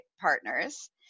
partners